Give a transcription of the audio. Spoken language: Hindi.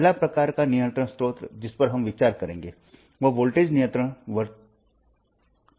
पहला प्रकार का नियंत्रण स्रोत जिस पर हम विचार करेंगे वह वोल्टेज नियंत्रण वर्तमान स्रोत होगा